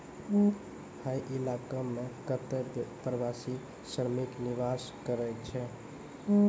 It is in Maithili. हय इलाको म कत्ते प्रवासी श्रमिक निवास करै छै